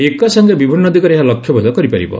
ଏକ ସାଙ୍ଗେ ବିଭିନ୍ନ ଦିଗରେ ଏହା ଲକ୍ଷ୍ୟଭେଦ କରିପାରିବ